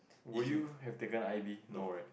would you have taken I_V no right